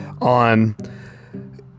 on